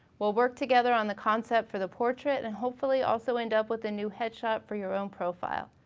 we'll work together on the concept for the portrait and hopefully also end up with a new headshot for your own profile.